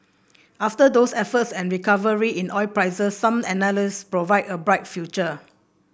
after those efforts and a recovery in oil prices some analysts provide a bright future